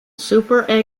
super